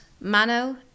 Mano